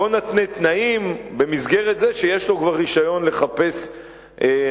בוא נתנה תנאים במסגרת זה שיש לו כבר רשיון לחפש נפט,